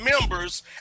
members